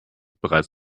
bereits